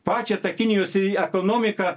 pačią tą kinijos ekonomiką